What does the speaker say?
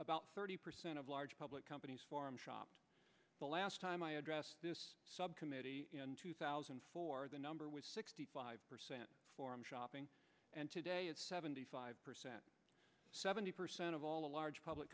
about thirty percent of large public companies farm shop the last time i addressed this subcommittee two thousand and four the number was sixty five percent forum shopping and today it's seventy five percent seventy percent of all the large public